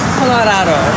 Colorado